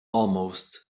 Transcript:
almost